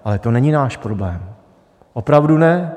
Ale to není náš problém, opravdu ne.